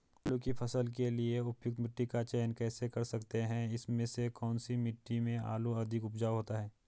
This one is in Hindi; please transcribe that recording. आलू की फसल के लिए उपयुक्त मिट्टी का चयन कैसे कर सकते हैं इसमें से कौन सी मिट्टी में आलू अधिक उपजाऊ होता है?